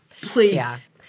please